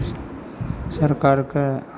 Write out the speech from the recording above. सरकारके